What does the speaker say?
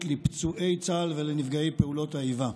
לפצועי צה"ל ולנפגעי פעולות האיבה,